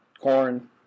corn